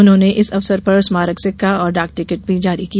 उन्होंने इस अवसर पर स्मारक सिक्का और डाक टिकट भी जारी किया